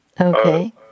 Okay